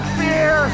fear